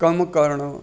कमु करणु